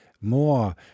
more